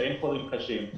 שאין חולים קשים,